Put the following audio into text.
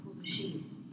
machines